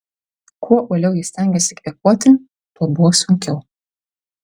kuo uoliau ji stengėsi kvėpuoti tuo buvo sunkiau